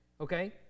Okay